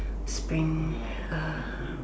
spring uh